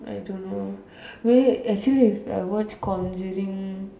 I don't know maybe actually if I watch conjuring